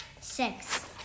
Six